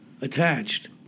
attached